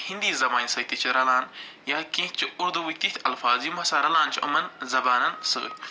ہینٛدی زبانہِ سۭتۍ تہِ چھِ رلان یا کیٚنٛہہ چھِ اُردوٗہٕکۍ تِتھۍ الفاظ یِم ہَسا رَلان چھِ یِمن زبانن سۭتۍ